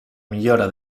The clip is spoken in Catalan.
millora